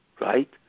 right